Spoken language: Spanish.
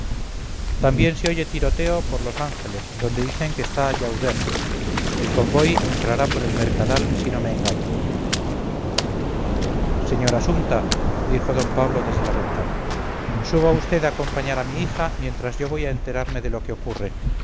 también se oye tiroteo por los ángeles donde dicen que está llauder el convoy entrará por el mercadal si no me engaño señora sumta dijo d pablo desde la ventana suba usted a acompañar a mi hija mientras yo voy a enterarme de lo que ocurre